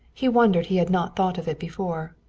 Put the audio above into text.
he wondered he had not thought of it before.